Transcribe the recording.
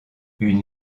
une